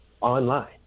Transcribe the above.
online